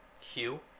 Hugh